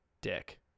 dick